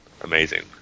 amazing